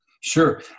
Sure